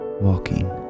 walking